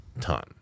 ton